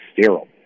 sterile